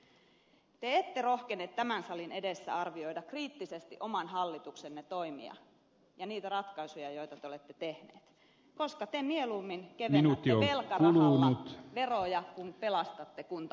te ette rohkene tämän salin edessä arvioida kriittisesti oman hallituksenne toimia ja niitä ratkaisuja joita te olette tehneet koska te mieluummin kevennätte velkarahalla veroja kuin pelastatte kuntapalvelut